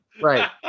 Right